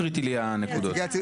אני אקרא פשוט את הסעיף הרלוונטי.